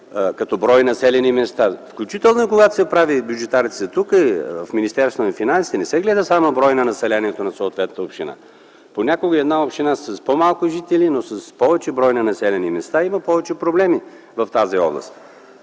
като брой населени места, включително и когато се прави бюджетът в Министерството на финансите не се гледа само броят на населението на съответната община. Понякога една община е с по-малко жители, но с повече брой на населени места и има повече проблеми в тази област.